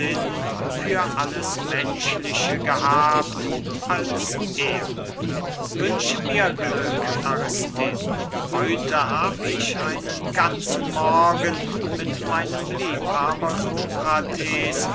für alles menschliche gehabt als er christoph martin wieland wünsche mir glück aristipp heute hab ich einen ganzen morgen mit meinem liebhaber